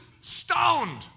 stoned